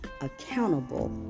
accountable